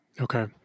Okay